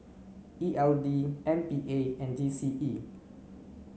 E L D M P A and G C E